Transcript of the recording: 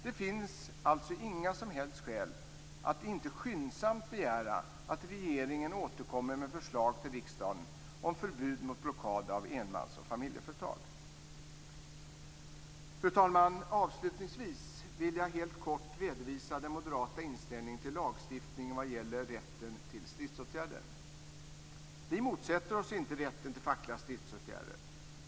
Det finns alltså inga som helst skäl att inte skyndsamt begära att regeringen återkommer med förslag till riksdagen om förbud mot blockad av enmans och familjeföretag. Fru talman! Avslutningsvis vill jag helt kort redovisa den moderata inställningen till lagstiftningen vad gäller rätten till stridsåtgärder. Vi motsätter oss inte rätten till fackliga stridsåtgärder.